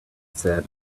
said